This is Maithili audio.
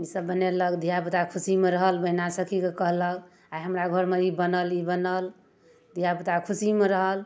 ईसब बनेलक धिआपुता खुशीमे रहल बहिना सखीके कहलक आइ हमरा घरमे ई बनल ई बनल धिआपुता खुशीमे रहल